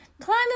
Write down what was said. Climb